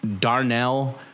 Darnell